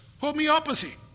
homeopathy